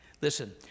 Listen